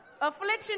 Affliction